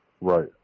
Right